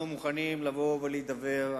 אנחנו מוכנים לבוא ולהידבר,